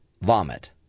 vomit